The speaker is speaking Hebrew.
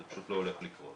זה לא הולך לקרות.